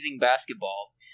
basketball